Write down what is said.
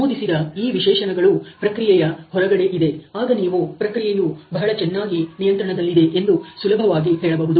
ನಮೂದಿಸಿದೆ ಈ ವಿಶೇಷಣಗಳು ಪ್ರಕ್ರಿಯೆಯ ಹೊರಗಡೆ ಇದೆ ಆಗ ನೀವು ಪ್ರಕ್ರಿಯೆಯು ಬಹಳ ಚೆನ್ನಾಗಿ ನಿಯಂತ್ರಣದಲ್ಲಿದೆ ಎಂದು ಸುಲಭವಾಗಿ ಹೇಳಬಹುದು